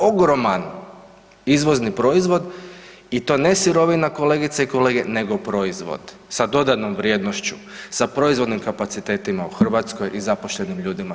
Ogroman izvozan proizvod i to ne sirovina kolegice i kolege nego proizvod sa dodanom vrijednošću, sa proizvodnim kapacitetima u Hrvatskoj i zaposlenim ljudima tu.